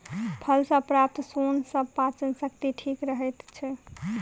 फल सॅ प्राप्त सोन सॅ पाचन शक्ति ठीक रहैत छै